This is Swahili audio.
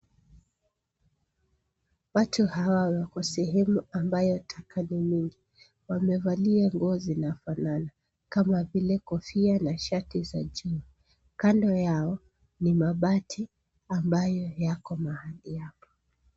Watu hawa wako sehemu ambayo taka ni mingi. Wamevalia nguo zinafanana kama vile kofia na shati za juu. Kando yao ni mabati ambayo yako mahali hapa.